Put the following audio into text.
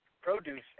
produce